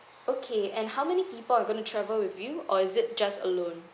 okay and how many people are going to travel with you or is it just alone